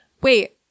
wait